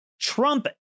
Trump